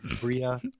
Bria